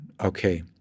okay